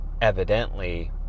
evidently